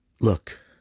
Look